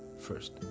first